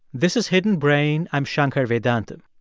this is hidden brain. i'm shankar vedantam.